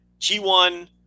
G1